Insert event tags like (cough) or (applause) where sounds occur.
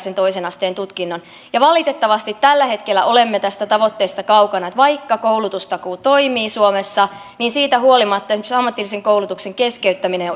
(unintelligible) sen toisen asteen tutkinnon ja valitettavasti tällä hetkellä olemme tästä tavoitteesta kaukana vaikka koulutustakuu toimii suomessa siitä huolimatta esimerkiksi ammatillisen koulutuksen keskeyttäminen (unintelligible)